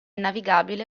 navigabile